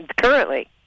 currently